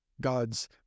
god's